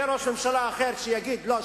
יהיה ראש ממשלה אחר שיגיד: לא,